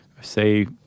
say